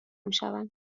میشوند